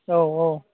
औ औ